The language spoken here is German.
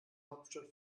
hauptstadt